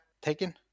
taken